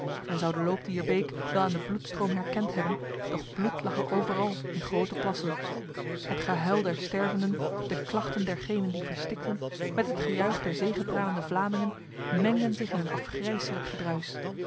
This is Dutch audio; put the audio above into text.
zou de loop dier beek wel aan de bloedstroom herkend hebben doch bloed lag er overal in grote plassen het gehuil der stervenden de klachten dergenen die verstikten met het gejuich der zegepralende vlamingen mengden zich in een afgrijselijk